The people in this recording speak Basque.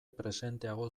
presenteago